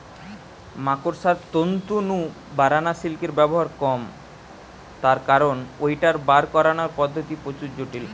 মাকড়সার তন্তু নু বারানা সিল্কের ব্যবহার কম তার কারণ ঐটার বার করানার পদ্ধতি প্রচুর জটিল